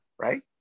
Right